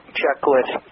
checklist